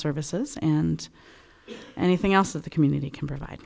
services and anything else of the community can provide